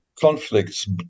conflicts